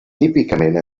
típicament